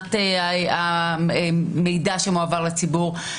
מבחינת המידע שמועבר לציבור,